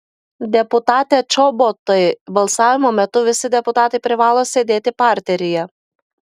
deputate čobotai balsavimo metu visi deputatai privalo sėdėti parteryje